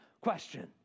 question